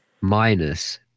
minus